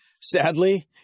Sadly